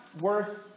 worth